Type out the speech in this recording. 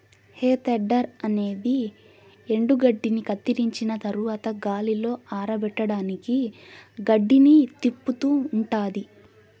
హే tedder అనేది ఎండుగడ్డిని కత్తిరించిన తరవాత గాలిలో ఆరపెట్టడానికి గడ్డిని తిప్పుతూ ఉంటాది